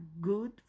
good